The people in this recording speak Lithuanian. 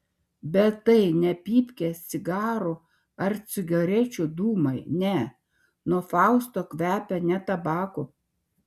bet tai ne pypkės cigarų ar cigarečių dūmai ne nuo fausto kvepia ne tabaku